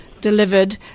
delivered